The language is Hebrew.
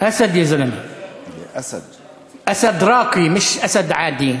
אדוני היושב-ראש, גברתי השרה,